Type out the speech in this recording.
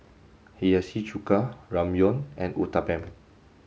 Hiyashi Chuka Ramyeon and Uthapam